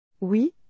Oui